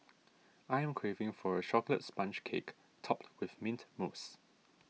I am craving for a Chocolate Sponge Cake Topped with Mint Mousse